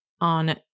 on